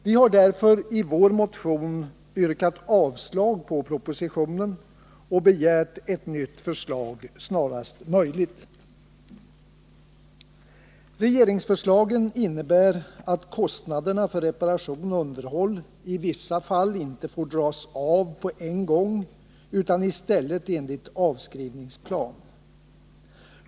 Vi har därför i vår motion yrkat avslag på propositionen och begärt nya förslag snarast möjligt. Regeringsförslagen innebär att kostnaderna för reparation och underhåll i vissa fall inte får dras av på en gång utan i stället enligt avskrivningsplan.